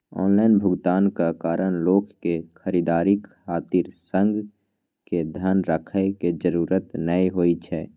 online भुगतानक कारण लोक कें खरीदारी खातिर संग मे धन राखै के जरूरत नै होइ छै